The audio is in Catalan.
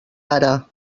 ara